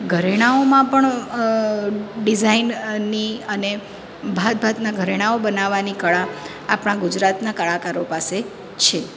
ઘરેણાઓમાં પણ ડિઝાઇનની અને ભાત ભાતના ઘરેણાઓ બનાવાની કળા આપણા ગુજરાતના કળાકારો પાસે છે